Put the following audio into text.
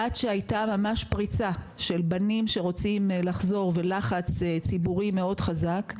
עד שהייתה ממש פריצה של בנים שרוצים לחזור ולחץ ציבורי מאוד חזק.